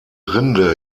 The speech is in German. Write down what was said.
rinde